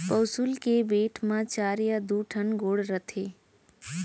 पौंसुल के बेंट म चार या दू ठन गोड़ रथे